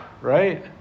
Right